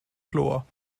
chlor